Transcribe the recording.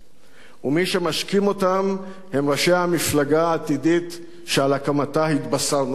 ומי שמשקים אותם הם ראשי המפלגה העתידית שעל הקמתה התבשרנו לפני ימים.